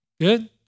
Good